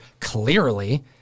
clearly